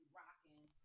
rocking